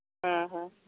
ᱦᱮᱸ ᱦᱮᱸ